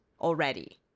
already